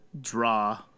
draw